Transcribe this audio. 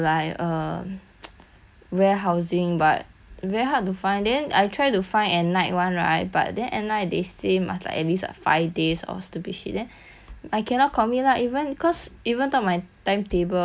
warehousing but very hard to find then I try to find at night [one] right but then at night they say must like at least what five days or stupid shit then I cannot commit lah even cause even though my timetable like quite little lah but